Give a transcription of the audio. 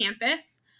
campus